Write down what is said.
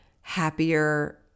happier